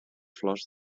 flors